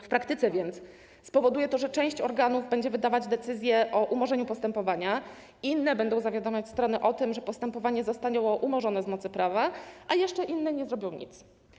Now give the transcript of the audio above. W praktyce więc spowoduje to, że część organów będzie wydawać decyzję o umorzeniu postępowania, inne będą zawiadamiać strony o tym, że postępowanie zostało umorzone z mocy prawa, a jeszcze inne nie zrobią nic.